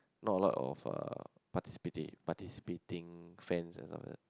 not a lot of uh participating participating fans and something